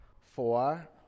Four